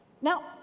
Now